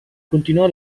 continuò